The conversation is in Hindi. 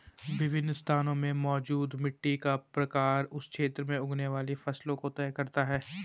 विभिन्न स्थानों में मौजूद मिट्टी का प्रकार उस क्षेत्र में उगने वाली फसलों को तय करता है